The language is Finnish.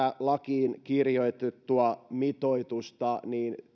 lakiin kirjoitettua mitoitusta